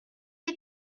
est